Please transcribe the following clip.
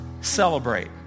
celebrate